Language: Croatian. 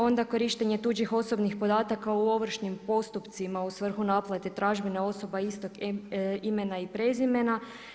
Onda, korištenje tuđih osobnih podataka u ovršnim postupcima u svrhu naplate tražbina istog imena i prezimena.